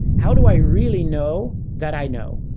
how do i really know that i know?